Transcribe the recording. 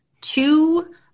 two